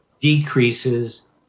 decreases